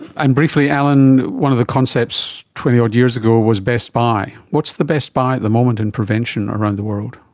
and briefly, alan, one of the concepts twenty odd years ago was best buy. what's the best buy at the moment in prevention around the world?